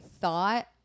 thought